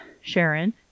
Sharon